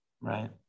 Right